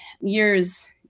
years